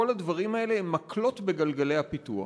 הדברים האלה הם מקלות בגלגלי הפיתוח.